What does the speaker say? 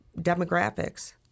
demographics